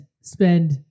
spend